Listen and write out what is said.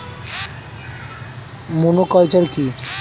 Monoculture কি?